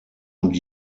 und